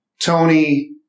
Tony